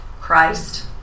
Christ